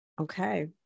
Okay